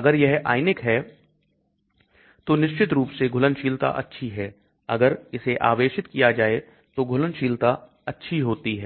अगर यह आयनिक है तो निश्चित रूप से घुलनशीलता अच्छी है अगर इसे आवेशित किया जाए तो घुलनशीलता अच्छी होती है